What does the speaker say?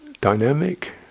dynamic